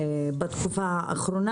בתקופה האחרונה.